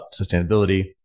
sustainability